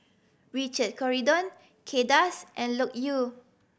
Richard Corridon Kay Das and Loke Yew